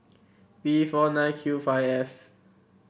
V four nine Q five F